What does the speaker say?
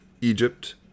Egypt